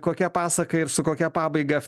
kokia pasaka ir su kokia pabaiga